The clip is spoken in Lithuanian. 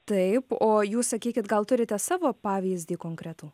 taip o jūs sakykit gal turite savo pavyzdį konkretų